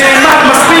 תרעננו.